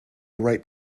ripe